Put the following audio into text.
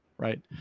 Right